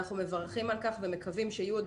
אנחנו מברכים על הביקורת ומקווים שיהיו עוד